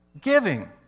Giving